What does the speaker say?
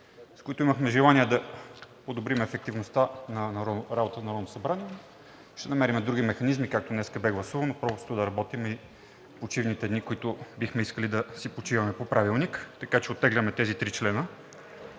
с което имахме желание да подобрим ефективността на работата на Народното събрание. Ще намерим други механизми, както днес бе гласувано, просто да работим и в почивните дни, в които бихме искали да си почиваме по Правилник, така че оттегляме тези три члена.